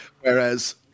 Whereas